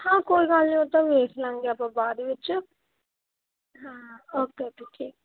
ਹਾਂ ਕੋਈ ਗੱਲ ਨਹੀਂ ਉਹ ਤਾਂ ਵੇਖ ਲਵਾਂਗੇ ਆਪਾਂ ਬਾਅਦ ਵਿੱਚ ਹਾਂ ਓਕੇ ਓਕੇ ਠੀਕ